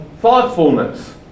thoughtfulness